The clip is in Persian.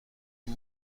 این